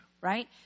right